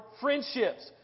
friendships